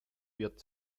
wird